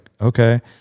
okay